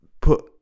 put